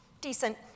decent